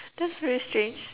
that's very strange